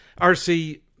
RC